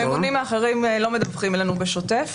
הממונים האחרים לא מדווחים לנו בשוטף